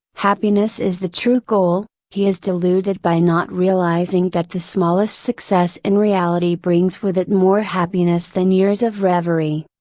happiness is the true goal, he is deluded by not realizing that the smallest success in reality brings with it more happiness than years of reverie.